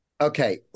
Okay